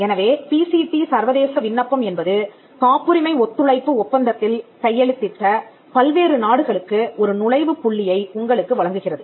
எனவே PCT சர்வதேச விண்ணப்பம் என்பது காப்புரிமை ஒத்துழைப்பு ஒப்பந்தத்தில் கையெழுத்திட்ட பல்வேறு நாடுகளுக்கு ஒரு நுழைவுப் புள்ளியை உங்களுக்கு வழங்குகிறது